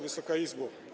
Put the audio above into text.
Wysoka Izbo!